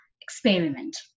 experiment